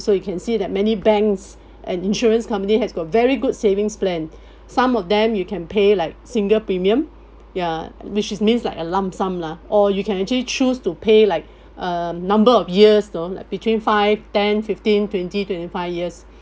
also you can see that many banks and insurance company has got very good savings plan some of them you can pay like single premium ya which it means like a lump sum lah or you can actually choose to pay like uh number of years between five ten fifteen twenty twenty five years